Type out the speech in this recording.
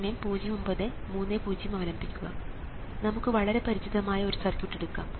നമുക്ക് വളരെ പരിചിതമായ ഒരു സർക്യൂട്ട് എടുക്കാം